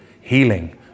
healing